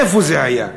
איפה זה היה?